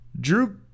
Drew